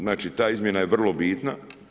Znači ta izmjena je vrlo bitna.